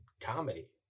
comedy